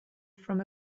from